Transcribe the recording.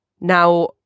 Now